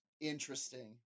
Interesting